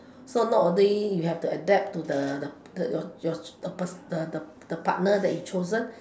so not only you have to adapt to the the the partner that you chosen